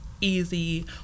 easy